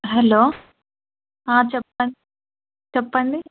hello చెప్పండి చెప్పండి